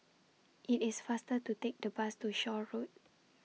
IT IS faster to Take The Bus to Shaw Road